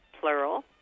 plural